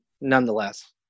nonetheless